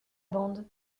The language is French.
bande